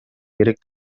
керек